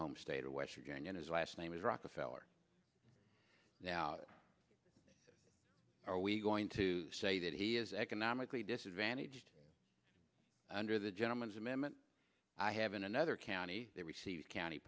home state of west virginia his last name is rockefeller now are we going to say that he is economically disadvantaged under the gentleman's amendment i have in another county they receive county